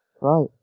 Right